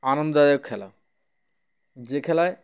আনন্দদায়ক খেলা যে খেলায়